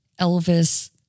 Elvis